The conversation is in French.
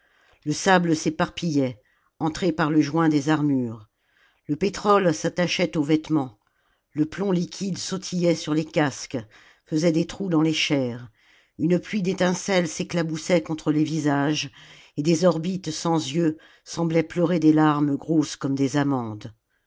le sable s'éparpillait entrait par le joint des armures le pétrole s'attachait aux vêtements le plomb liquide sautillait sur les casques faisait des trous dans les chairs une pluie d'étincelles s'éclaboussait contre les visages et des orbites sans yeux semblaient pleurer des larmes grosses comme des amandes